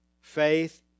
Faith